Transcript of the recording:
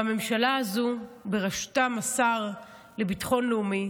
והממשלה הזו, ובראשה השר לביטחון לאומי,